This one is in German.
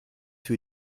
für